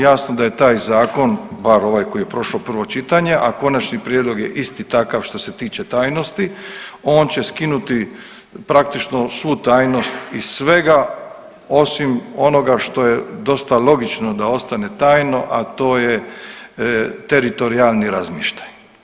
Jasno da je taj zakon bar ovaj koji je prošao prvo čitanje, a konačni prijedlog je isti takav što se tiče tajnosti, on će skinuti praktično svu tajnost iz svega osim onoga što je dosta logično da ostane tajno, a to je teritorijalni razmještaj.